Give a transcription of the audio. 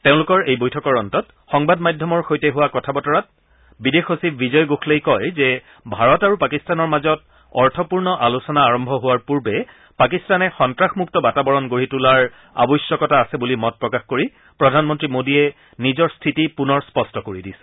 তেওঁলোকৰ এই বৈঠকৰ অন্তত সংবাদ মাধ্যমৰ সৈতে হোৱা কথা বতৰাত বিদেশ সচিব বিজয় গোখলেই কয় যে ভাৰত আৰু পাকিস্তানৰ মাজত অৰ্থপূৰ্ণ আলোচনা আৰম্ভ হোৱাৰ পূৰ্বে পাকিস্তানে সন্তাসমূক্ত বাতাবৰণ গঢ়ি তোলাৰ আৱশ্যকতা আছে বুলি মত প্ৰকাশ কৰি প্ৰধানমন্ত্ৰী মোডীয়ে নিজৰ স্থিতি পুনৰ স্পষ্ট কৰি দিছে